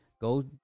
go